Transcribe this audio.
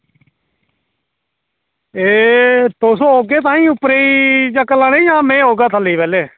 एह् तुस औगे ताहीं उप्परै ई चक्कर लाने गी जां में औगा थल्लै पैह्लें